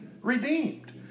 redeemed